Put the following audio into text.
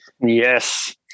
Yes